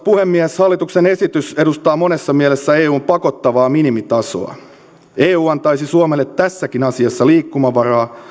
puhemies hallituksen esitys edustaa monessa mielessä eun pakottavaa minimitasoa kun eu antaisi suomelle tässäkin asiassa liikkumavaraa